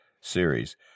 series